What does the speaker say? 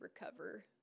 recover